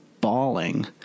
bawling